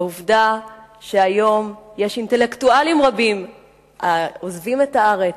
העובדה שהיום יש אינטלקטואלים רבים העוזבים את הארץ,